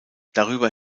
darüber